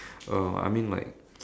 oh I mean like